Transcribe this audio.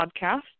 podcast